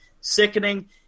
sickening